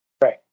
Right